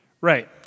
Right